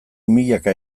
milaka